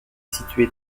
situé